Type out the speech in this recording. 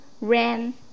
ran